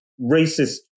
racist